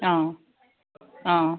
অঁ অঁ